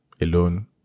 alone